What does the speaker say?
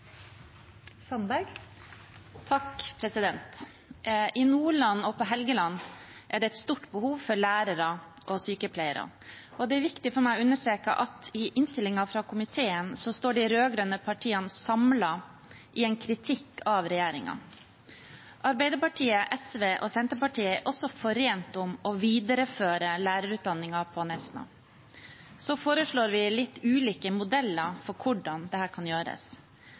viktig for meg å understreke at i innstillingen fra komiteen står de rød-grønne partiene samlet i en kritikk av regjeringen. Arbeiderpartiet, SV og Senterpartiet er også forent om å videreføre lærerutdanningen på Nesna. Vi foreslår litt ulike modeller for hvordan dette kan gjøres.